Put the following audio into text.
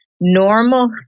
normal